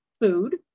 food